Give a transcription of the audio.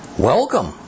Welcome